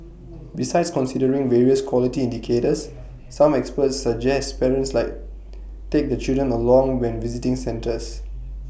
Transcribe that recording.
besides considering various quality indicators some experts suggest parents like take the children along when visiting centres